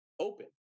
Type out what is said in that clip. open